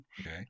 Okay